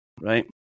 right